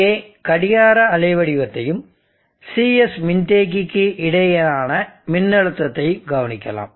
இங்கே கடிகார அலைவடிவத்தையும் Cs மின்தேக்கிக்கு இடையேயான மின்னழுத்தத்தையும் கவனிக்கலாம்